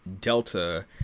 delta